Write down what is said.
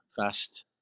fast